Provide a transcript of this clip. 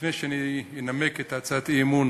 לפני שאני אנמק את הצעת האי-אמון